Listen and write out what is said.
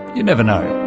you never know.